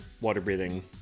water-breathing